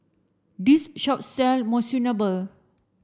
this shop sell Monsunabe